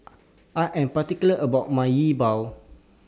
I Am particular about My Yi Bua